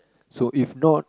so if not